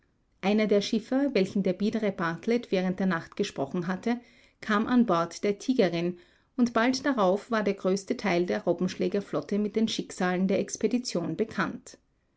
einer der schiffer welchen der biedere bartlett während der nacht gesprochen hatte kam an bord der tigerin und bald darauf war der größte teil der robbenschlägerflotte mit den schicksalen der expedition bekannt